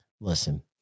listen